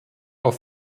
auf